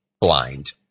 blind